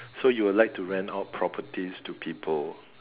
so you will like to rent out properties to people